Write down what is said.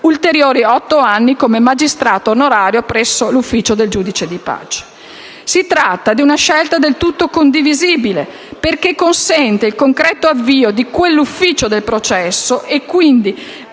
ulteriori otto anni come magistrato onorario presso l'ufficio del giudice di pace). Si tratta di una scelta del tutto condivisibile, poiché consente il concreto avvio dell'ufficio del processo, e quindi